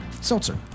Seltzer